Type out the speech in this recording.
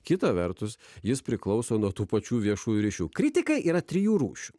kita vertus jis priklauso nuo tų pačių viešųjų ryšių kritikai yra trijų rūšių